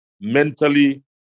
mentally